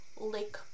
Lake